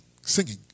singing